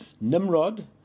Nimrod